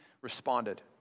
responded